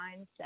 mindset